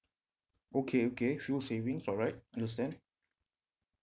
okay okay fuel savings alright understand